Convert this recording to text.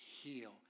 heal